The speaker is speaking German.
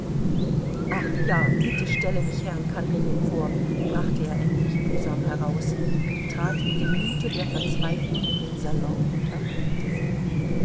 ach ja bitte stelle mich herrn karenin vor brachte er endlich mühsam heraus trat mit dem mute der verzweiflung in den salon und erblickte sie